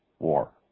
war